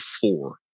four